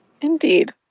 Indeed